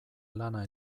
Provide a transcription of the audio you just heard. lana